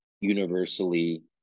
universally